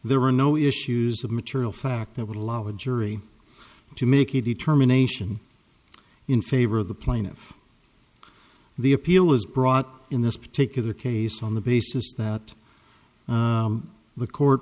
there were no issues of material fact that would allow a jury to make a determination in favor of the plaintiff the appeal was brought in this particular case on the basis that the court